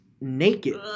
naked